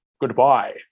Goodbye